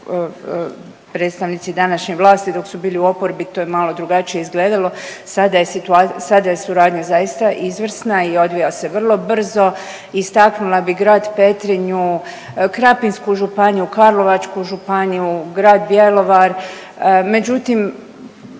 predstavnici današnje vlasti dok su bili u oporbi, to je malo drugačije izgledalo, sada je suradnja zaista izvrsna i odvija se vrlo brzo. Istaknula bi grad Petrinju, Krapinsku županiju, Karlovačku županiju, grad Bjelovar, međutim